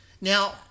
Now